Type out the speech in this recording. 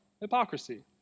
hypocrisy